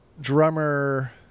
drummer